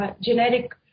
generic